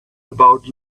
about